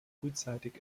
frühzeitig